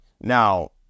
Now